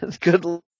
good